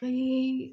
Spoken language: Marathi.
काही